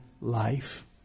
life